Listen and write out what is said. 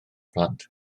plant